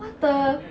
what the